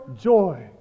joy